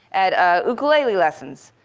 at ah ukulele lessons.